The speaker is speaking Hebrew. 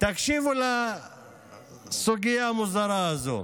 תקשיבו לסוגיה המוזרה הזאת.